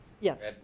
Yes